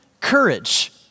courage